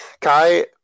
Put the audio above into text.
Kai